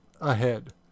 ahead